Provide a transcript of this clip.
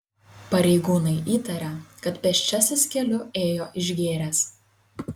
pareigūnai įtaria kad pėsčiasis keliu ėjo išgėręs